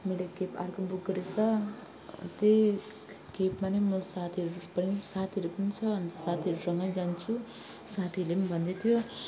मैले क्याब अर्को बुक गरेको छु त्यही क्याबमा नै म साथीहरू पनि साथीहरू पनि छ अन्त साथीहरूसँगै जान्छु साथीहरूले भन्दै थियो